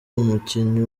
umukinnyi